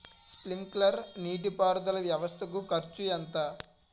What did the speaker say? Sprinkler నీటిపారుదల వ్వవస్థ కు ఖర్చు ఎంత?